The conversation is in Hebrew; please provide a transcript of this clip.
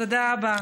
תודה רבה.